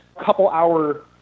couple-hour